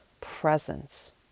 presence